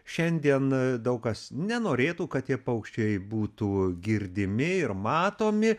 šiandien daug kas nenorėtų kad tie paukščiai būtų girdimi ir matomi